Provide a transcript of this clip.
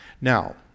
Now